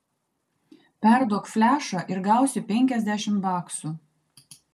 perduok flešą ir gausi penkiasdešimt baksų